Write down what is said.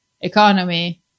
economy